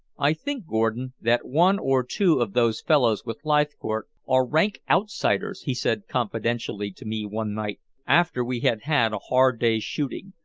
i think, gordon, that one or two of those fellows with leithcourt are rank outsiders, he said confidentially to me one night after we had had a hard day's shooting,